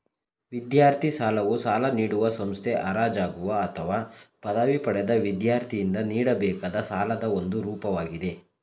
ವಿದ್ಯಾರ್ಥಿ ಸಾಲವು ಸಾಲ ನೀಡುವ ಸಂಸ್ಥೆ ಹಾಜರಾಗುವ ಅಥವಾ ಪದವಿ ಪಡೆದ ವಿದ್ಯಾರ್ಥಿಯಿಂದ ನೀಡಬೇಕಾದ ಸಾಲದ ಒಂದು ರೂಪವಾಗಿದೆ